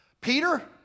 Peter